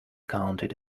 counted